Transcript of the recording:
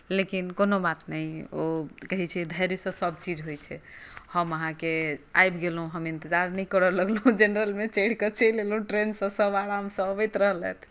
लेकिन कोनो बात नहि ओ कहै छै धैर्यसँ सब चीज होइ छै हम आहाँके आबि गेलहुॅं हम इन्तजार नहि करऽ लगलहुॅं जेनेरल मे चढ़ि कऽ चलि एलहुॅं ट्रेनसँ सब आरामसँ अबैत रहलथि